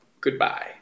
Goodbye